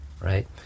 right